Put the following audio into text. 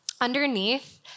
underneath